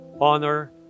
honor